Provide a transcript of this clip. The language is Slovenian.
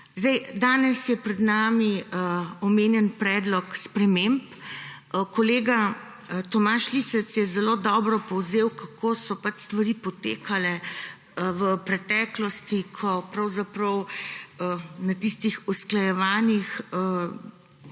živali. Danes je pred nami omenjeni predlog sprememb. Kolega Tomaž Lisec je zelo dobro povzel, kako so stvari potekale v preteklosti, ko pravzaprav na tistih usklajevanjih